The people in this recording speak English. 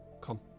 Come